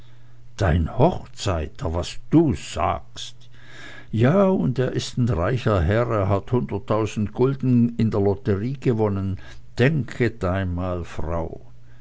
dein hochzeiter was du sagst ja und er ist ein reicher herr er hat hunderttausend gulden in der lotterie gewonnen denket einmal frau